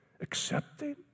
accepting